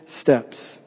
steps